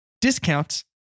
discounts